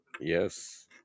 yes